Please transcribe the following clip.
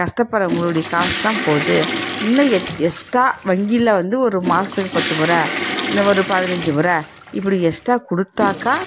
கஷ்டப்படுறவங்களுடைய காசு தான் போது இன்னும் எக் எக்ஸ்ட்ரா வங்கியில் வந்து ஒரு மாதத்துக்கு பத்து மொறை இன்னும் ஒரு பதினஞ்சு மொறை இப்படி எக்ஸ்ட்ரா கொடுத்தாக்கா